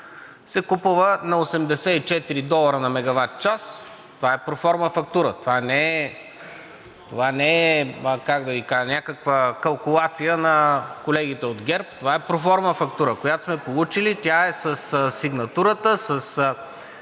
се купува на 84 долара на мегаватчас – това не е някаква калкулация на колегите от ГЕРБ, това е проформа фактура, която сме получили. Тя е със сигнатурата, с